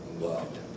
loved